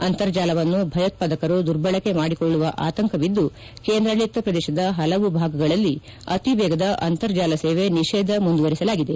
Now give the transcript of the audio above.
ಅಂತರ್ಜಾಲವನ್ನು ಭಯೋತಾದಕರು ದುರ್ಬಳಕೆ ಮಾಡಿಕೊಳ್ಳುವ ಆತಂಕವಿದ್ದು ಕೇಂದ್ರಾಡಳತ ಪ್ರದೇಶದ ಪಲವು ಭಾಗಗಳಲ್ಲಿ ಅತಿವೇಗದ ಅಂತರ್ಜಾಲ ಸೇವೆ ನಿಷೇಧ ಮುಂದುವರೆಸಲಾಗಿದೆ